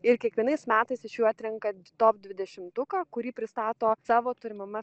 ir kiekvienais metais iš jų atrenka top dvidešimtuką kurį pristato savo turimame